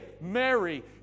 Mary